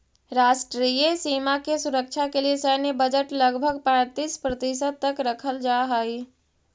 राष्ट्रीय सीमा के सुरक्षा के लिए सैन्य बजट लगभग पैंतीस प्रतिशत तक रखल जा हई